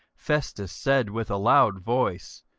festus said with a loud voice,